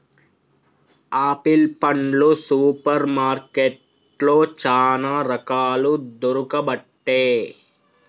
apple పండ్లు super మార్కెట్లో చానా రకాలు దొరుకబట్టె